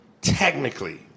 technically